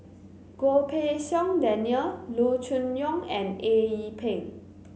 Goh Pei Siong Daniel Loo Choon Yong and Eng Yee Peng